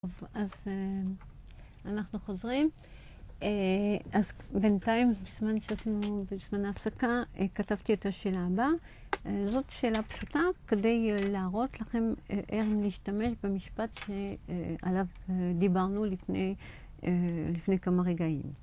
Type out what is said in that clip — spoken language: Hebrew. טוב, אז אנחנו חוזרים. אז בינתיים, בזמן שעשינו, בזמן ההפסקה, כתבתי את השאלה הבאה. זאת שאלה פשוטה כדי להראות לכם איך להשתמש במשפט שעליו דיברנו לפני כמה רגעים.